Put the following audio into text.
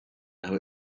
now